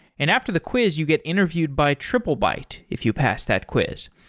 and after the quiz you get interviewed by triplebyte if you pass that quiz.